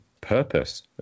purpose